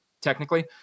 technically